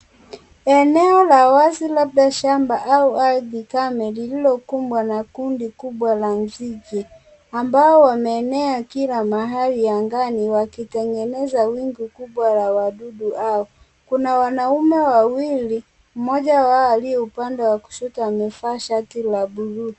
Eneo la wazi, labda shamba au ardhi kame, lililokumbwa na kundi kubwa la nzige. Ambao wameenea kila mahali angani, wakitengeneza wingu kubwa la wadudu hao. Kuna wanaume wawili, mmoja wao, aliye upande wa kushoto amevaa shati la buluu.